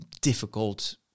difficult